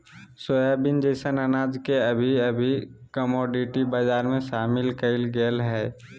soybean जैसन अनाज के अभी अभी कमोडिटी बजार में शामिल कइल गेल हइ